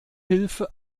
hilfe